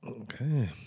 Okay